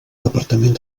departament